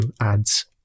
adds